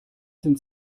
sind